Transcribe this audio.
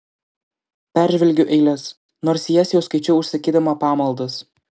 peržvelgiu eiles nors jas jau skaičiau užsakydama pamaldas